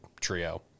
trio